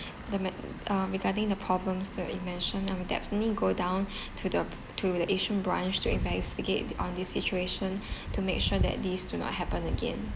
the matt~ um regarding the problems that you mentioned I will definitely go down to the to the yishun branch to investigate the on this situation to make sure that this do not happen again